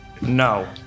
No